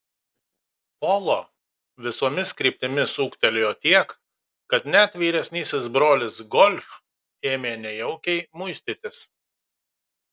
polo visomis kryptimis ūgtelėjo tiek kad net vyresnysis brolis golf ėmė nejaukiai muistytis